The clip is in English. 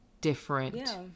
different